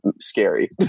scary